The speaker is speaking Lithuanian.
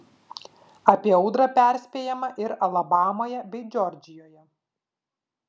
apie audrą perspėjama ir alabamoje bei džordžijoje